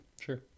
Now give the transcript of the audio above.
Sure